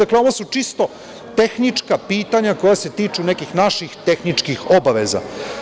Ovo su čisto tehnička pitanja koja se tiču nekih naših tehničkih obaveza.